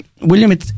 William